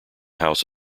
house